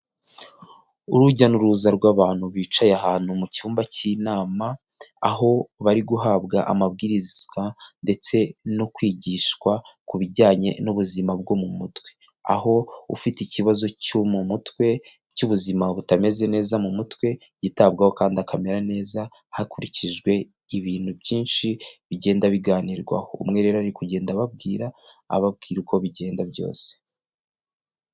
Urujya n'uruza rw'abantu bicaye ahantu mu cyumba cy'inama aho bari guhabwa amabwizwa ndetse no kwigishwa ku bijyanye n'ubuzima bwo mu mutwe aho ufite ikibazo cyo mu mutwe cy'ubuzima butameze neza mu mutwe yitabwaho kandi akamera neza hakurikijwe ibintu byinshi bigenda biganirwaho umwe rero ari kugenda babwira ababwira uko bigenda byose.